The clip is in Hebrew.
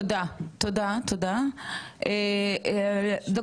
ד"ר שני בר טוביה את רוצה להגיד משהו?